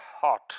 hot